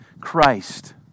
Christ